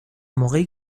موقعی